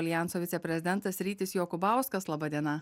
aljanso viceprezidentas rytis jokubauskas laba diena